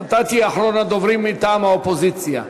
אתה תהיה אחרון הדוברים מטעם האופוזיציה.